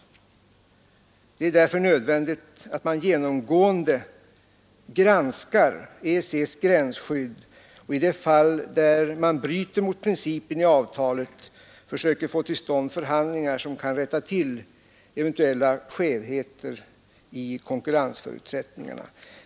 Det är därför nödvändigt att man genomgående granskar E gränsskydd och i de fall där EEC bryter mot principen i avtalet försöker få till stånd förhandlingar som kan rätta till eventuella skevheter i konkurrensförutsättningarna.